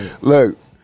look